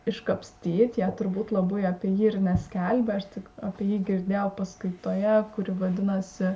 iškapstyt jie turbūt labai apie jį ir neskelbia aš tik apie jį girdėjau paskaitoje kuri vadinasi